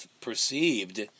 perceived